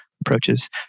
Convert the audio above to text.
approaches